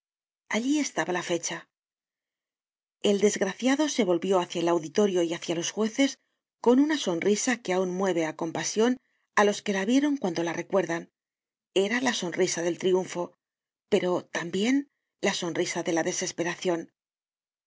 allí estaba la fecha el desgraciado se volvió hácia el auditorio y hácia los jueces con una sonrisa que aun mueve á compasion á los que la vieron cuando la recuerdan era la sonrisa del triunfo pero tambien la sonrisa de la desesperacion